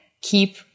keep